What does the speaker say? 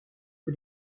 que